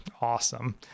Awesome